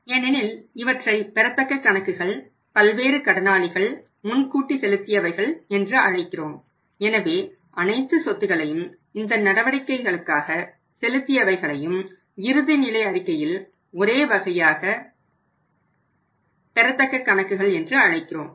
ஏனெனில் இவற்றை பெறத்தக்க கணக்குகள் பல்வேறு கடனாளிகள் முன்கூட்டி செலுத்தியவைகள் என்று அழைக்கிறோம் எனவே அனைத்து சொத்துக்களையும் இந்த நடவடிக்கைகளுக்காக செலுத்தியாவைகளையும் இறுதி நிலை அறிக்கையில் ஒரே வகையாக பெறத்தக்க கணக்குகள் என்று அழைக்கிறோம்